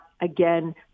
again